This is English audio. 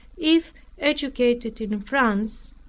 if educated in france,